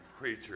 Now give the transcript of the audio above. creature